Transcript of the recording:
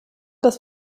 das